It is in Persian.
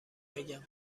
بگم